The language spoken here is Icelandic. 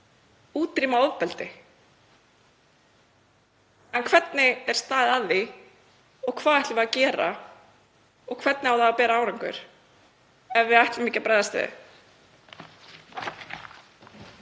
útrýma ofbeldi. En hvernig er staðið að því, hvað ætlum við að gera og hvernig á það að bera árangur ef við ætlum ekki að bregðast